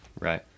Right